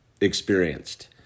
experienced